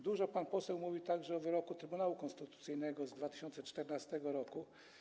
Dużo pan poseł mówił także o wyroku Trybunału Konstytucyjnego z 2014 r.